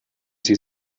sie